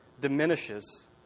diminishes